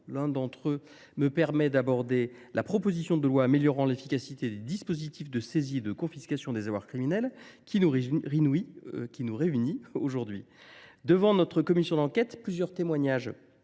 L’un d’entre eux me permet d’aborder la proposition de loi améliorant l’efficacité des dispositifs de saisie et de confiscation des avoirs criminels qui nous est aujourd’hui soumise. Plusieurs témoignages